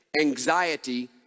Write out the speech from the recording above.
anxiety